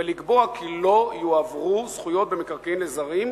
ולקבוע כי לא יועברו זכויות במקרקעין לזרים,